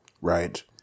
Right